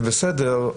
זה בסדר,